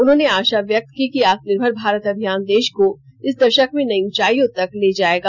उन्होंने आशा व्यक्त की कि आत्मनिर्भर भारत अभियान देश को इस दशक में नई ऊंचाइयों तक ले जाएगा